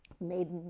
Made